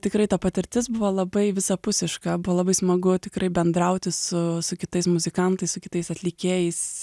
tikrai ta patirtis buvo labai visapusiška buvo labai smagu tikrai bendrauti su su kitais muzikantais su kitais atlikėjais